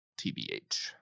TBH